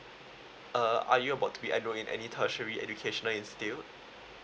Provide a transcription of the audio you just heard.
uh are you about to be enrolled in any tertiary educational institute